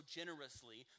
generously